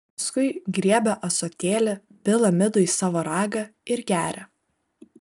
paskui griebia ąsotėlį pila midų į savo ragą ir geria